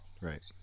Right